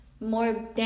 more